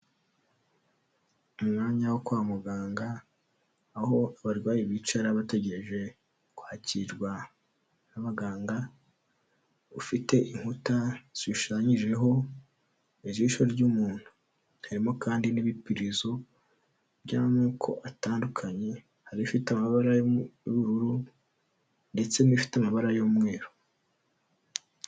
Umwanya wo kwa muganga, aho abarwayi bicara bategereje kwakirwa n'abaganga, ufite inkuta zishushanyijeho ijisho ry'umuntu. Harimo kandi n'ibipirizo by'amoko atandukanye, hari ibifite amabara y'ubururu ndetse n'ibifite amabara y'umweru.